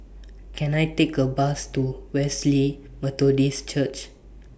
Can I Take A Bus to Wesley Methodist Church